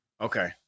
Okay